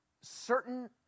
certain